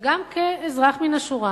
וגם כאזרח מן השורה,